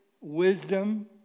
wisdom